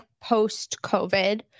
post-covid